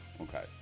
Okay